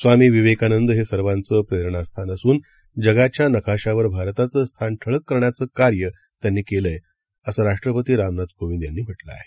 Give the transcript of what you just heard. स्वामीविवेकानंदहेसर्वांचंप्रेरणास्थानअसूनजगाच्यानकाशावरभारताचंस्थानठळककरण्याचंकार्यत्यांनीकेलंआहे असंराष्ट्रपतीरामनाथकोविंदयांनीम्हटलंआहे